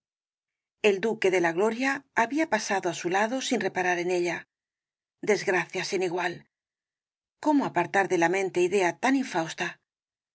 el duque de la gloria había pasado á su lado sin reparar en ella desgracia sin igual cómo apartar de la mente idea tan infausta